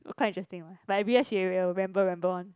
look quite interesting ah but every year she will ramble ramble [one]